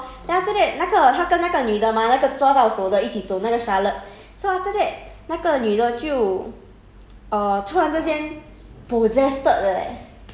then 他们就 !wah! 很很吓 ya 很很吓到这样 lor then after that 那个她跟那个女的 mah 那个抓到手的一起走那个 charlotte so after that 那个女的就